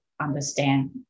understand